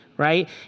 right